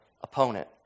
opponent